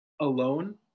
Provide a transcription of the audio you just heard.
alone